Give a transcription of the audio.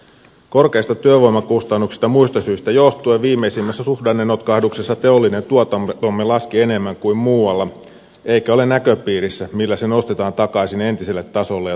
korkeista työvoimakustannuksista ja muista syistä johtuen viimeisimmässä suhdannenotkahduksessa teollinen tuotantomme laski enemmän kuin muualla eikä ole näköpiirissä millä se nostetaan takaisin entiselle tasolle ja tukevaan nousuun